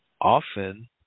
often